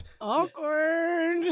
Awkward